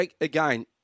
Again –